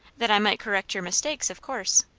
that i might correct your mistakes, of course.